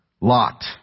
Lot